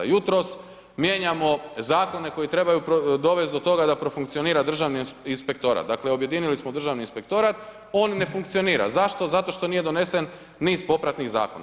Jutros mijenjamo Zakone koji trebaju dovest do toga da profunkcionira Državni inspektorat, dakle objedinili smo Državni inspektorat, on ne funkcionira, zašto?, zato što nije donesen niz popratnih Zakona.